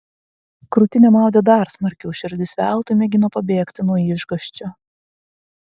krūtinę maudė dar smarkiau širdis veltui mėgino pabėgti nuo išgąsčio